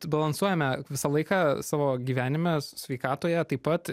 balansuojame visą laiką savo gyvenime sveikatoje taip pat